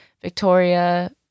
Victoria